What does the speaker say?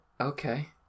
Okay